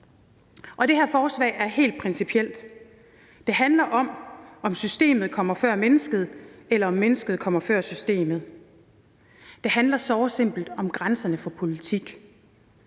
Det her forslag er helt principielt. Det handler om, om systemet kommer før mennesket, eller om mennesket kommer før systemet. Det handler såre simpelt om grænserne for politik,